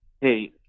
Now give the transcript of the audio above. Hey